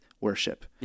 worship